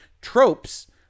Tropes